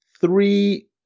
three